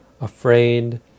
afraid